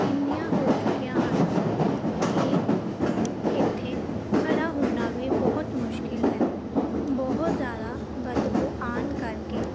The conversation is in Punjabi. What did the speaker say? ਇੰਨੀਆਂ ਹੋ ਚੁੱਕੀਆਂ ਹਨ ਕਿ ਇੱਥੇ ਖੜਾ ਹੋਣਾ ਵੀ ਬਹੁਤ ਮੁਸ਼ਕਿਲ ਹੈ ਬਹੁਤ ਜ਼ਿਆਦਾ ਬਦਬੂ ਆਉਣ ਕਰਕੇ